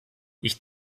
ich